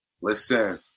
listen